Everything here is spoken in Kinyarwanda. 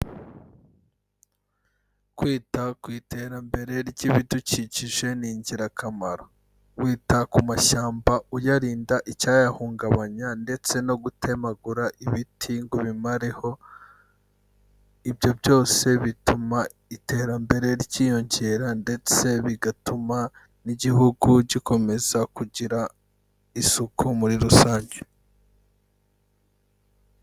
Kwita ku iterambere ry'ibidukikije ni ingirakamaro, wita ku mashyamba uyarinda icyayahungabanya ndetse no gutemagura ibiti ngo ubimareho, ibyo byose bituma iterambere ryiyongera ndetse bigatuma n'igihugu gikomeza kugira isuku muri rusange.